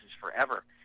forever